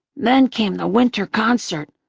then came the winter concert,